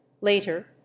Later